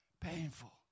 Painful